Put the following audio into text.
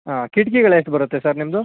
ಹಾಂ ಕಿಟ್ಕಿಗಳು ಎಷ್ಟು ಬರುತ್ತೆ ಸರ್ ನಿಮ್ಮದು